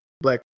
black